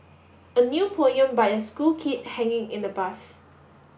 a new poem by a school kid hanging in the bus